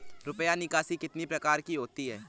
रुपया निकासी कितनी प्रकार की होती है?